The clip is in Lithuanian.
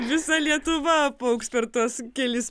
visa lietuva paaugs per tuos kelis